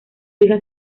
hija